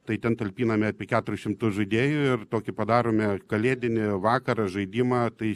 tai ten talpiname apie keturis šimtus žaidėjų ir tokį padarome kalėdinį vakarą žaidimą tai